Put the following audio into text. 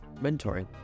mentoring